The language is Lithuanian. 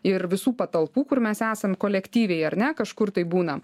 ir visų patalpų kur mes esam kolektyviai ar ne kažkur tai būna